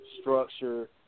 structure